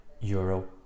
euro